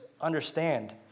understand